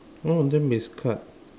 one of them is cut